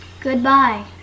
Goodbye